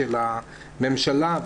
של הממשלה.